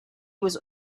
was